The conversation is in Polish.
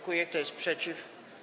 Kto jest przeciw?